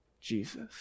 Jesus